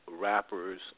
rappers